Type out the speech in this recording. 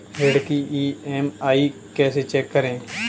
ऋण की ई.एम.आई कैसे चेक करें?